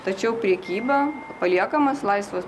tačiau prekyba paliekamas laisvas